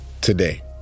today